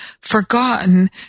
forgotten